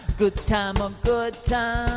good time a good